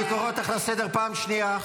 --- אני קורא אותך לסדר פעם שנייה.